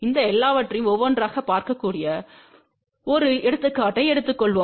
இந்த எல்லாவற்றையும் ஒவ்வொன்றாகப் பார்க்கக்கூடிய ஒரு எடுத்துக்காட்டை எடுத்துக்கொள்வோம்